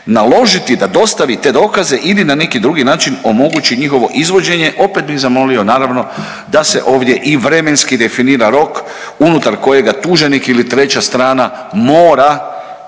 naložiti da dostavi te dokaze ili na neki drugi način omogući njihovo izvođenje opet bih zamolio naravno da se ovdje i vremenski definira rok unutar kojega tuženik ili treća strana mora